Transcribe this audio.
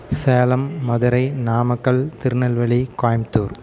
Salem Madurai Namakkal Tirunelveli Coimbatore